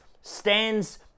stands